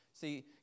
See